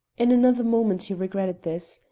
in another moment he regretted this,